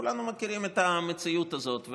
כולנו מכירים את המציאות זאת.